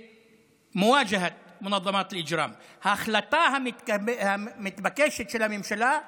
הזאת, והדם ממלא את הרחובות, בממוצע רצח נפשע